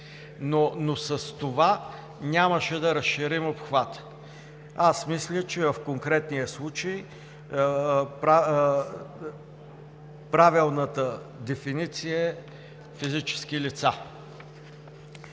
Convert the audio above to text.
но с това нямаше да разширим обхвата. Мисля, че в конкретния случай правилната дефиниция е „физически лица“.